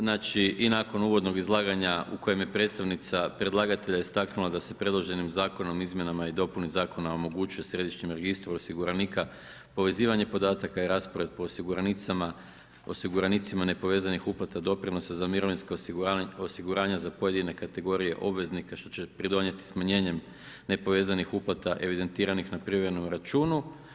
Znači i nakon uvodnog izlaganja u kojem je predstavnica predlagatelja istaknula da se predloženim Zakonom o izmjenama i dopuni zakona omogućuje središnjem registru osiguranika povezivanje podataka i raspored po osiguranicima nepovezanih uplata doprinosa za mirovinsko osiguranje za pojedine kategorije obveznika što će pridonijeti smanjenjem nepovezanih uplata evidentiranih na privremenom računu.